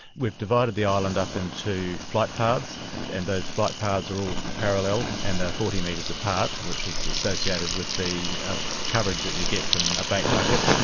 we've divided the island up into flight paths and those flight paths are all parallel and they are forty metres apart, which is associated with the coverage that you get from a bait bucket.